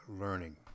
learning